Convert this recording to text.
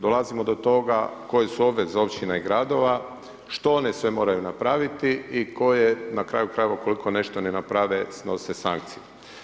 Dolazimo do toga koje su obveze općina i gradova, što one sve moraju napraviti i koje, na kraju krajeva ukoliko nešto ne naprave snose sankciju.